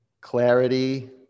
Clarity